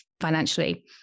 financially